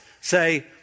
say